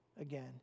again